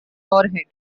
warhead